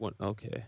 Okay